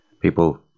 People